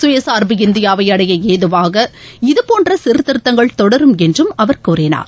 சுயசார்பு இந்தியாவை அடைய ஏதுவாக இதபோன்ற சீர்திருத்தங்கள் தொடரும் என்றும் அவர் கூறினார்